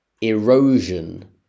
erosion